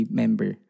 member